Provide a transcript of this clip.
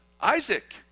Isaac